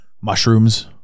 Mushrooms